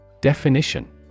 Definition